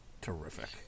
Terrific